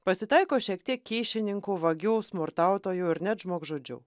pasitaiko šiek tiek kyšininkų vagių smurtautojų ir net žmogžudžių